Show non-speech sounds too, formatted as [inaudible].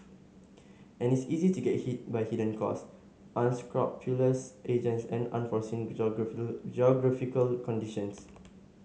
and it's easy to get hit by hidden costs unscrupulous agents and unforeseen [unintelligible] geographical conditions